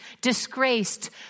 disgraced